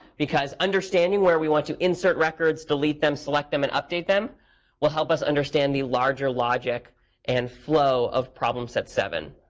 because understanding where we want to insert records, delete them, select them, and update them will help us understand the larger logic and flow of problem set seven.